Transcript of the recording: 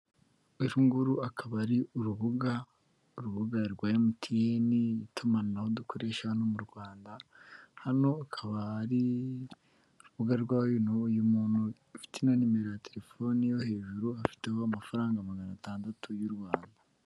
Uru nguru akaba ari urubuga rwa MTN,itumanaho dukoresha hano mu Rwanda, hano akaba ari urubuga rwayo. Uyu muntu ufite ino nimero ya telefoni yo hejuru afiteho amafaranga magana atandatu y'u Rwanda.